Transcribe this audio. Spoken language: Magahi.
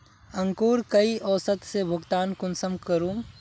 अंकूर कई औसत से भुगतान कुंसम करूम?